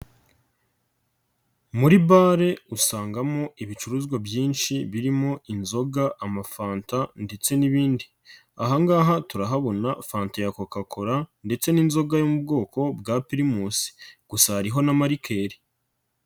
Muri bare usangamo ibicuruzwa byinshi birimo inzoga, amafanta ndetse n'ibindi, aha ngaha turahabona fanta ya Cocacola ndetse n'inzoga yo mu bwoko bwa Primus gusa hariho n'amarikeri.